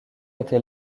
était